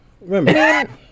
Remember